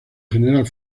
general